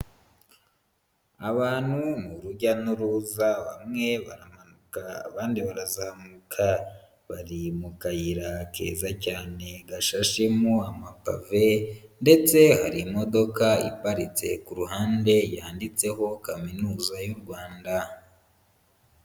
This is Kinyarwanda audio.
Abantu ni urujya n'uruza bamwe baramanuka abandi barazamuka, bari mu kayira keza cyane gashashemo amapave ndetse hari imodoka iparitse ku ruhande yanditseho Kaminuza y'u Rwanda.